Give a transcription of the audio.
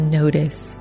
notice